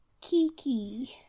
Kiki